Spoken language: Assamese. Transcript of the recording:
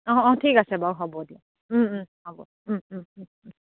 অহ অহ ঠিক আছে বাৰু হ'ব দিয়া হ'ব